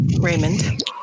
Raymond